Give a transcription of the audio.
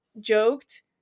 joked